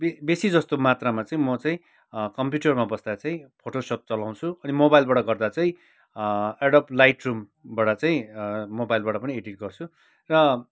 बे बेसी जस्तो मात्रामा चाहिँ म चाहिँ कम्प्युटरमा बस्दा चाहिँ फोटोसप चलाउँछु अनि मोबाइलबाट गर्दा चाहिँ एडोब लाइट रुमबाट चाहिँ मोबाइलबाट पनि एडिट गर्छु र